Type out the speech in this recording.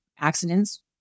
accidents